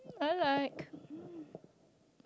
I like hmm